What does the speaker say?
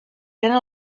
eren